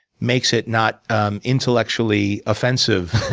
makes it not um intellectually offensive,